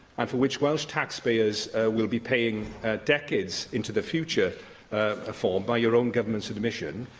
and for which welsh taxpayers will be paying decades into the future ah for, by your own government's admission,